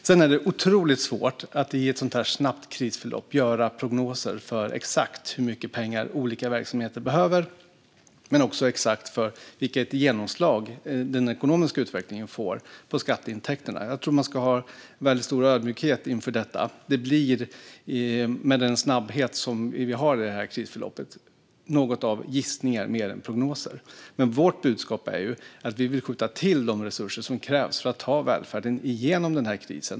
Sedan är det otroligt svårt att i ett sådant här snabbt krisförlopp göra prognoser för exakt hur mycket pengar olika verksamheter behöver och vilket genomslag den ekonomiska utvecklingen får på skatteintäkterna. Jag tror att man ska ha en mycket stor ödmjukhet inför detta. Med tanke på det snabba krisförloppet blir det mer gissningar än prognoser. Men vårt budskap är att vi vill skjuta till de resurser som krävs för att ta välfärden genom denna kris.